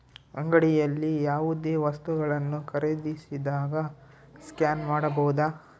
ಅಂಗಡಿಯಲ್ಲಿ ಯಾವುದೇ ವಸ್ತುಗಳನ್ನು ಖರೇದಿಸಿದಾಗ ಸ್ಕ್ಯಾನ್ ಮಾಡಬಹುದಾ?